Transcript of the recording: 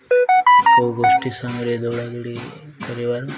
କୋଉ ଗୋଷ୍ଠୀ ସାଙ୍ଗରେ ଦୌଡ଼ା ଦୌଡ଼ି କରିବାର